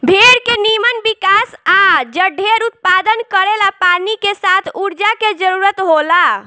भेड़ के निमन विकास आ जढेर उत्पादन करेला पानी के साथ ऊर्जा के जरूरत होला